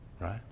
Right